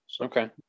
okay